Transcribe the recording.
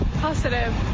Positive